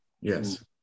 Yes